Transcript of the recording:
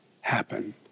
happen